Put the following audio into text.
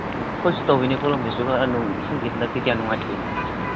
ꯑꯩꯈꯣꯏꯁꯨ ꯇꯧꯋꯤꯅꯦ ꯑꯩꯈꯣꯏꯔꯣꯝꯗꯁꯨ ꯈꯔ ꯅꯣꯡ ꯏꯁꯤꯡꯁꯤ ꯍꯟꯗꯛꯇꯤ ꯀꯌꯥ ꯅꯨꯡꯉꯥꯏꯇꯦꯅꯦ